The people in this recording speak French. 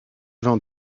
vins